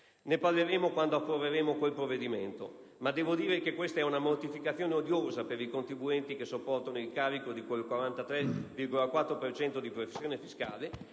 Ne parleremo quando approveremo quel provvedimento, ma devo dire che questa è una mortificazione odiosa per i contribuenti che sopportano il carico di quel 43,4 per cento di pressione fiscale